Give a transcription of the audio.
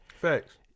Facts